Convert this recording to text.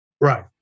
Right